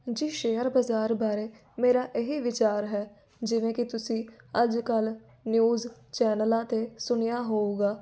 ਜੀ ਸ਼ੇਅਰ ਬਾਜ਼ਾਰ ਬਾਰੇ ਮੇਰਾ ਇਹੀ ਵਿਚਾਰ ਹੈ ਜਿਵੇਂ ਕਿ ਤੁਸੀਂ ਅੱਜ ਕੱਲ੍ਹ ਨਿਊਜ਼ ਚੈਨਲਾਂ 'ਤੇ ਸੁਣਿਆ ਹੋਵੇਗਾ